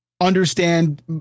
understand